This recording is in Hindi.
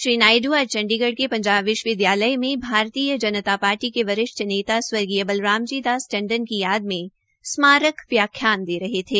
श्री नायडू आज चंडीगढ़ के पंजाब विश्वविद्यालय में भारतीय जनता पार्टी के वरिष्ठ नेता स्वर्गीय बलराम जी दास टंडन की याद में स्मारक ब्याख्यान दे रहे थे